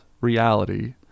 reality